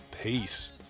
Peace